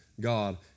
God